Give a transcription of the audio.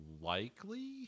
likely